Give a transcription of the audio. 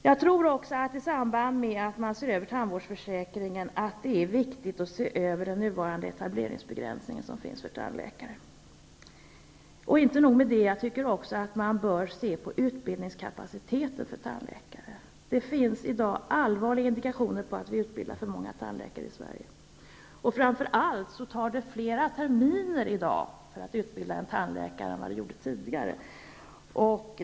Jag tror också att det är viktigt att i samband med översynen av tandvårdsförsäkringen se över även den nuvarande etableringsbegränsningen för tandläkare. Och inte nog med det. Jag tycker att man bör se på utbildningskapaciteten för tandläkare. Det finns i dag allvarliga indikationer på att vi utbildar för många tandläkare i Sverige. Framför allt tar det flera terminer i dag att utbilda en tandläkare än vad det gjorde tidigare.